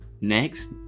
next